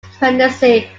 pregnancy